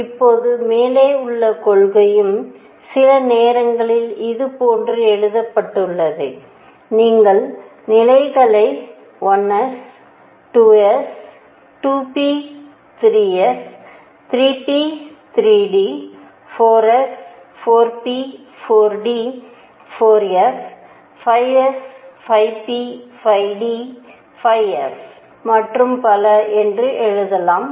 இப்போது மேலே உள்ள கொள்கையும் சில நேரங்களில் இதுபோன்று எழுதப்பட்டுள்ளது நீங்கள் நிலைகளை 1 s 2 s 2 p 3 s 3p 3 d 4 s 4 p 4 d 4 f 5 s 5 p 5 d 5 f மற்றும் பல என்று எழுதலாம்